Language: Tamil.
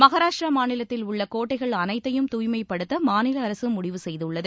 மகாராஷ்டிரா மாநிலத்தில் உள்ள கோட்டைகள் அனைத்தையும் தூய்மைப்படுத்த மாநில அரசு முடிவு செய்துள்ளது